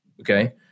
okay